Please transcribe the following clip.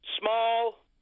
small